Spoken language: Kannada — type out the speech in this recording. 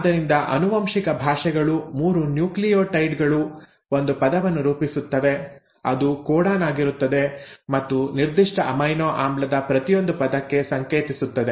ಆದ್ದರಿಂದ ಆನುವಂಶಿಕ ಭಾಷೆಗಳು 3 ನ್ಯೂಕ್ಲಿಯೊಟೈಡ್ ಗಳು ಒಂದು ಪದವನ್ನು ರೂಪಿಸುತ್ತವೆ ಅದು ಕೋಡಾನ್ ಆಗಿರುತ್ತದೆ ಮತ್ತು ನಿರ್ದಿಷ್ಟ ಅಮೈನೊ ಆಮ್ಲದ ಪ್ರತಿಯೊಂದು ಪದಕ್ಕೆ ಸಂಕೇತಿಸುತ್ತದೆ